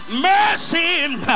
mercy